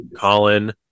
Colin